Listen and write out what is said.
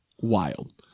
wild